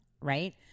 Right